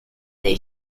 dei